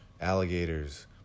alligators